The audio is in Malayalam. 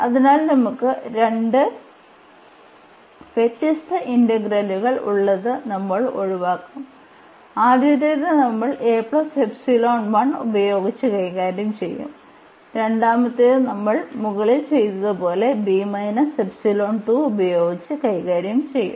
അതിനാൽ നമുക്ക് രണ്ട് വ്യത്യസ്ത ഇന്റഗ്രലുകൾ ഉള്ളത് നമ്മൾ ഒഴിവാക്കും ആദ്യത്തേത് നമ്മൾ ഉപയോഗിച്ച് കൈകാര്യം ചെയ്യും രണ്ടാമത്തേത് നമ്മൾ മുകളിൽ ചെയ്തതുപോലെ ഉപയോഗിച്ച് കൈകാര്യം ചെയ്യും